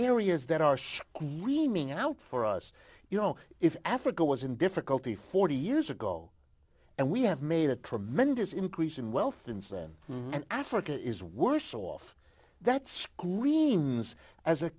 reaming out for us you know if africa was in difficulty forty years ago and we have made a tremendous increase in wealth since then and africa is worse off that screens as a